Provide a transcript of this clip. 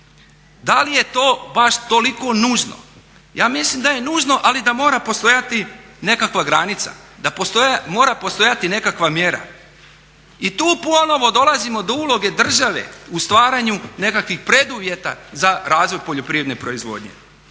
da li je to baš toliko nužno. Ja mislim da je nužno, ali da mora postojati nekakva granica, da mora postojati nekakva mjera. I tu ponovo dolazimo do uloge države u stvaranju nekakvih preduvjeta za razvoj poljoprivredne proizvodnje.